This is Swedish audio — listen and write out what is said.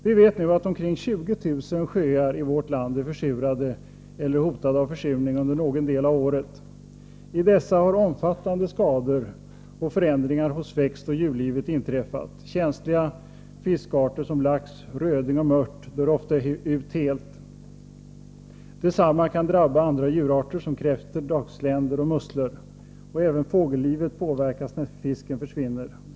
Vi vet nu att omkring 20 000 sjöar i vårt land är försurade eller hotade av försurning under någon del av året. I dessa har omfattande skador och förändringar hos växtoch djurlivet inträffat. Känsliga fiskarter såsom lax, röding och mört dör ofta helt ut. Detsamma kan drabba andra djurarter såsom kräftor, dagsländor och musslor. Även fågellivet påverkas när fisken försvinner.